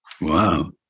Wow